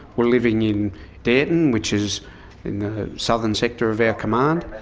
were living in dareton, which is in the southern sector of our command.